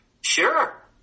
sure